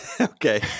Okay